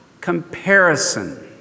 comparison